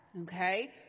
Okay